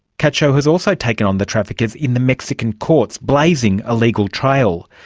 cacho has also taken on the traffickers in the mexican courts, blazing a legal trail.